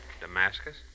Damascus